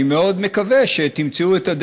אני מאוד מקווה שתמצאו,